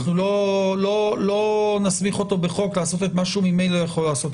אנחנו לא נסמיך אותו בחוק לעשות את מה שהוא ממילא יכול לעשות.